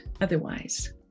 otherwise